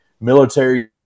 military